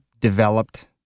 developed